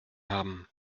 haben